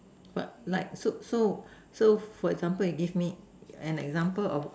but like so so so for example you give me an example of